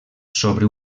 sobre